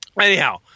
Anyhow